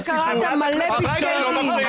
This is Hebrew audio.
רואים שקראת מלא פסקי דין.